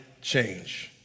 change